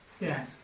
Yes